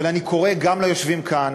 אבל אני קורא גם ליושבים כאן,